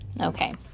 Okay